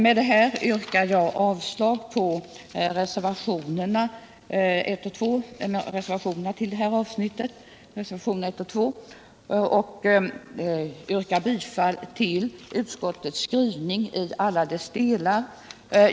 Med det här yrkar jag avslag på reservationerna 1 och 2 till det här avsnittet och bifall till utskottets hemställan i alla dess delar.